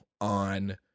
on